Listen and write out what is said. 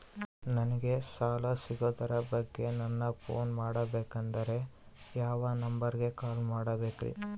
ನಂಗೆ ಸಾಲ ಸಿಗೋದರ ಬಗ್ಗೆ ನನ್ನ ಪೋನ್ ಮಾಡಬೇಕಂದರೆ ಯಾವ ನಂಬರಿಗೆ ಕಾಲ್ ಮಾಡಬೇಕ್ರಿ?